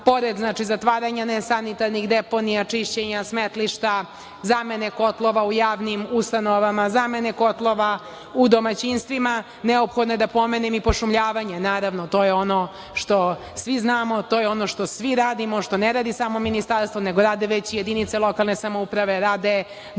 znači, zatvaranja nesanitarnih deponija, čišćenja smetlišta, zamene kotlova u javnim ustanovama, zamene kotlova u domaćinstvima, neophodno je da pomenem i pošumljavanje. Naravno, to je ono što svi znamo, to je ono što svi radimo, ne radi samo ministarstvo, nego rade već jedinice lokalne samouprave, rade društveno